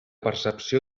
percepció